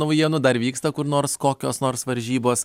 naujienų dar vyksta kur nors kokios nors varžybos